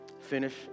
finish